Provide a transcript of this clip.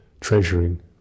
treasuring